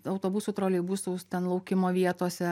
autobusų troleibusų ten laukimo vietose